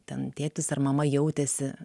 ten tėtis ar mama jautėsi